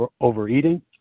overeating